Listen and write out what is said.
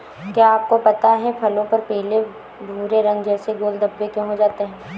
क्या आपको पता है फलों पर पीले भूरे रंग जैसे गोल धब्बे हो जाते हैं?